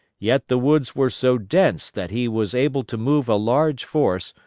yet the woods were so dense that he was able to move a large force,